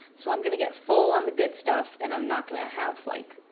so i'm going to get full on the good stuff and i'm not going to have like.